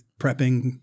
prepping